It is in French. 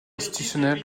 institutionnel